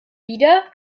wieder